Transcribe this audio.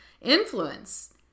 influence